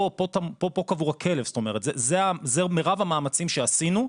פה קבור הכלב, זאת אומרת זה מירב המאמצים שעשינו.